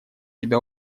тебя